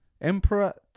Emperor